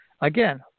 again